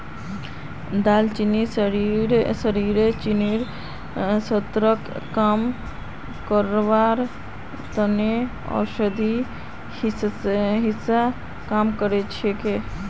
दालचीनी शरीरत चीनीर स्तरक कम करवार त न औषधिर हिस्सा काम कर छेक